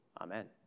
Amen